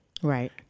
Right